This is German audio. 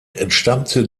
entstammte